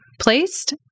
placed